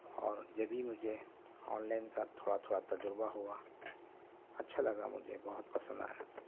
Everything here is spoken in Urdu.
اور جبھی مجھے آنلائن کا تھوڑا تھوڑا تجربہ ہوا اچھا لگا مجھے بہت پسند آیا